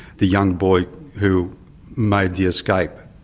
the young boy who made the escape,